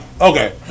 Okay